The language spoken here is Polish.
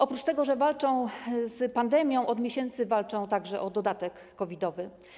Oprócz tego, że walczą z pandemią, od miesięcy walczą także o dodatek COVID-owy.